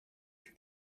for